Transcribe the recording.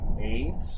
eight